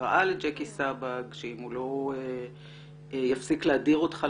התראה לג'קי סבג שאם הוא לא יפסיק להדיר אותך,